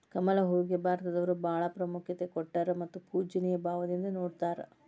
ಕಮಲ ಹೂವಿಗೆ ಭಾರತದವರು ಬಾಳ ಪ್ರಾಮುಖ್ಯತೆ ಕೊಟ್ಟಾರ ಮತ್ತ ಪೂಜ್ಯನಿಯ ಭಾವದಿಂದ ನೊಡತಾರ